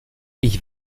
ich